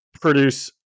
produce